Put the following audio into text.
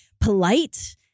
polite